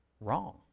wrong